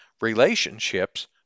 relationships